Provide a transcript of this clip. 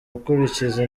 gukurikiza